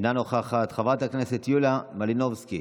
אינה נוכחת, חברת הכנסת יוליה מלינובסקי,